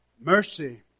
Mercy